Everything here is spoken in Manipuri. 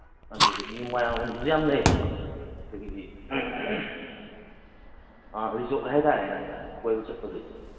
ꯑꯗꯨꯗꯒꯤ ꯃꯣꯏꯔꯥꯡꯂꯣꯝꯗꯁꯨ ꯌꯥꯝ ꯂꯩꯌꯦꯕꯀꯣ ꯑꯩꯈꯣꯏꯒꯤ ꯔꯤꯖꯣꯔꯠ ꯍꯥꯏꯇꯥꯔꯦꯅꯦ ꯀꯣꯏꯕ ꯆꯠꯄꯒꯤ